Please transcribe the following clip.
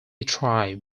tribe